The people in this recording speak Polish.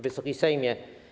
Wysoki Sejmie!